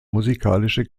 musikalische